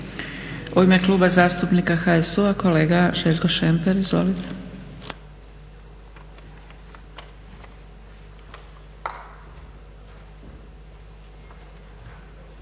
U ime Kluba zastupnika HSU-a kolega Željko Šemper. Izvolite.